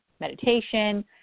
meditation